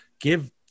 give